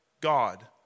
God